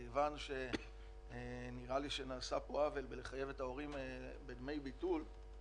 וכיוון שנראה לי שנעשה פה עוול בחיוב ההורים בדמי ביטול,